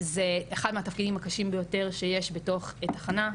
זה אחד מהתפקידים הקשים ביותר שיש בתוך תחנה.